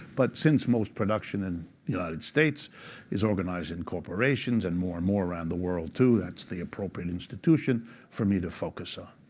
but since most production in the united states is organized in corporations, and more and more around the world too, that's the appropriate institution for me to focus ah